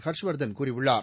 ஹர்ஷ்வர்தன் கூறியுள்ளார்